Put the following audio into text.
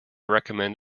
recommend